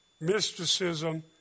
mysticism